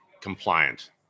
compliant